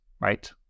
right